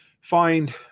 find